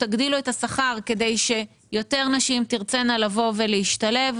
תגדילו את השכר כדי שיותר נשים תרצנה לבוא ולהשתלב,